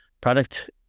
product